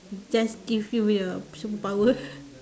just give you with a superpower